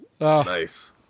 Nice